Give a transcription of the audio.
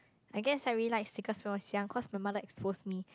I guess I really like stickers when I was young cause my mother expose me